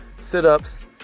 sit-ups